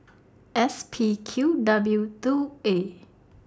S P Q W two A